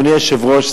אדוני היושב-ראש,